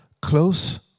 close